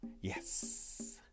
Yes